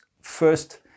first